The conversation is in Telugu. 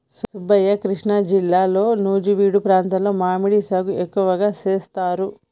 సుబ్బయ్య కృష్ణా జిల్లాలో నుజివీడు ప్రాంతంలో మామిడి సాగు ఎక్కువగా సేస్తారు